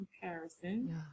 comparison